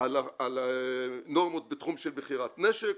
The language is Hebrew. על נורמות בתחום של מכירת נשק,